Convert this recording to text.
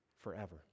forever